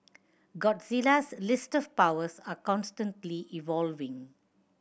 Godzilla's list of powers are constantly evolving